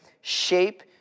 shape